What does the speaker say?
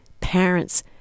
parents